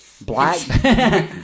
black